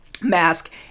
mask